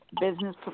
business